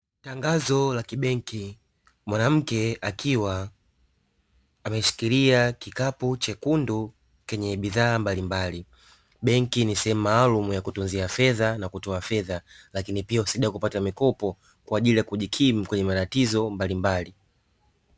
Tangazo la kibenki, mwanamke akiwa ameshikilia kikapu chekundu chenye bidhaa mbalimbali. Benki ni sehemu maalumu ya kutunzia fedha na kutoa fedha, lakini pia husaidia kupata mikopo kwa ajili ya kujikimu kwenye matatizo mbalimbali.